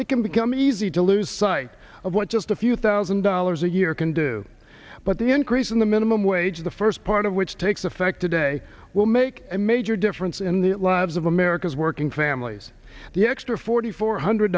it can become easy to lose sight of what just a few thousand dollars a year can do but the increase in the minimum wage the first part of which takes effect today will make a major difference in the lives of the mirror because working families the extra forty four hundred